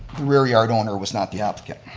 rear yard owner was not the applicant.